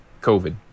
COVID